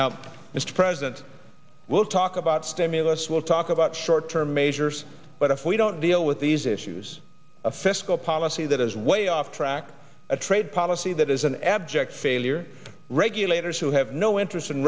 mr president we'll talk about stimulus we'll talk about short term measures but if we don't deal with these issues of fiscal policy that is way off track a trade policy that is an abject failure regulators who have no interest in